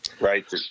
right